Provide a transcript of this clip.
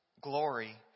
glory